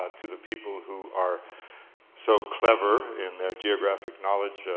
ah to the people who are so clever in their geographic knowledge,